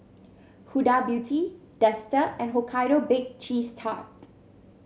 Huda Beauty Dester and Hokkaido Bake Cheese Tart